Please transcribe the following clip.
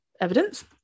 evidence